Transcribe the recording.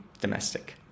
domestic